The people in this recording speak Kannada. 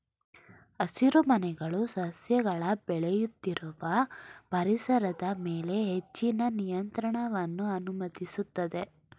ಹಸಿರುಮನೆಗಳು ಸಸ್ಯಗಳ ಬೆಳೆಯುತ್ತಿರುವ ಪರಿಸರದ ಮೇಲೆ ಹೆಚ್ಚಿನ ನಿಯಂತ್ರಣವನ್ನು ಅನುಮತಿಸ್ತದೆ